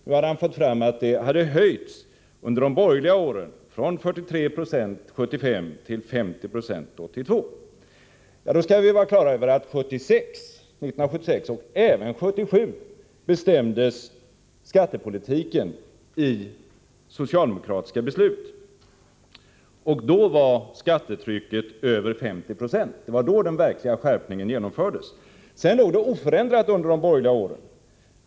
Nu har han fått fram att det höjdes under de borgerliga åren från 43 90 år 1975 till 50 20 år 1982. Då skall vi vara på det klara med att 1976 och även 1977 bestämdes skattepolitiken i socialdemokratiska beslut, och då var skattetrycket över 50 90. Det var då som den verkliga skärpningen genomfördes. Sedan låg det oförändrat under de borgerliga åren.